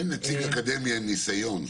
אין נציג אקדמיה עם ניסיון.